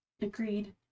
Agreed